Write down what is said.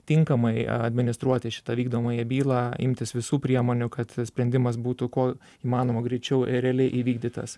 tinkamai administruoti šitą vykdomąją bylą imtis visų priemonių kad sprendimas būtų kuo įmanoma greičiau ir realiai įvykdytas